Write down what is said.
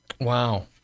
Wow